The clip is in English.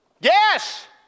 Yes